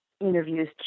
interviews